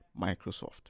Microsoft